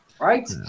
right